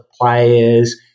players